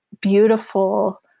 beautiful